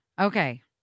Okay